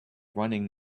running